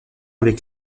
avec